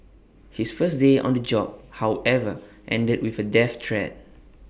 his first day on the job however ended with A death threat